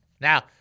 Now